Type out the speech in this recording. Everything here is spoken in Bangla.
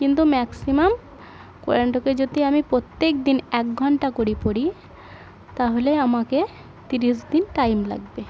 কিন্তু ম্যাক্সিম্যাম কোরানটাকে যদি আমি প্রত্যেক দিন এক ঘন্টা করে পড়ি তাহলে আমাকে তিরিশ দিন টাইম লাগবে